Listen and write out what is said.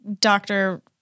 doctor